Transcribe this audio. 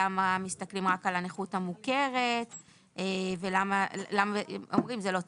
למה מסתכלים רק על הנכות המוכרת ואומרים זה לא צודק,